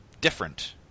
Different